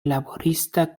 laborista